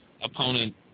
opponent